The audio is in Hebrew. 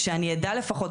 שאני אדע לפחות,